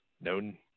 known